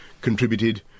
contributed